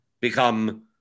become